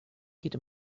geht